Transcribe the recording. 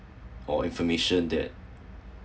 or information that